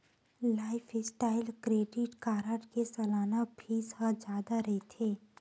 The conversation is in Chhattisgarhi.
लाईफस्टाइल क्रेडिट कारड के सलाना फीस ह जादा रहिथे